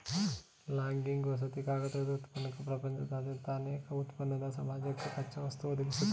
logging ವಸತಿ ಕಾಗದ ಉತ್ಪನ್ನಕ್ಕೆ ಪ್ರಪಂಚದಾದ್ಯಂತ ಅನೇಕ ಉತ್ಪನ್ನದ್ ಸಮಾಜಕ್ಕೆ ಕಚ್ಚಾವಸ್ತು ಒದಗಿಸ್ತದೆ